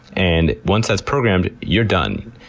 and once that's programmed, you're done.